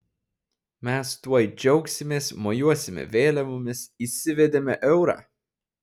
mes tuoj džiaugsimės mojuosime vėliavomis įsivedėme eurą